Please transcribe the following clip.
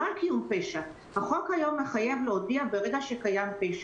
לא על קיום פשע החוק היום מחייב להודיע ברגע שקיים פשע.